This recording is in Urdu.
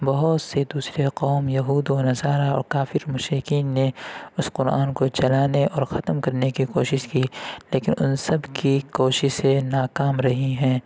بہت سی دوسری قوم یہود و نصاریٰ اور کافر مشرکین نے اُس قرآن کو جلانے اور ختم کرنے کی کوشش کی لیکن اُن سب کی کوششیں ناکام رہی ہیں